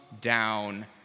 down